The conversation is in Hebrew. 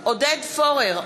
עודד פורר,